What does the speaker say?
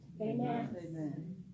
amen